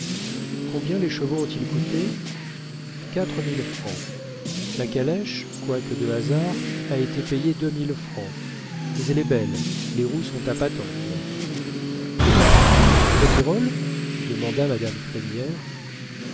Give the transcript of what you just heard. combien les chevaux ont-ils coûté quatre mille francs la calèche quoique de hasard a été payée deux mille francs mais elle est belle les roues sont à patente comment dites-vous cabirolle demanda madame